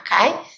okay